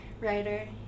writer